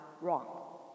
wrong